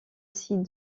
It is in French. site